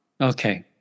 Okay